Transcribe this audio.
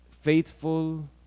faithful